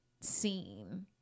scene